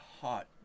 hot